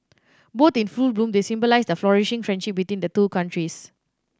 both in full bloom they symbolise the flourishing friendship between the two countries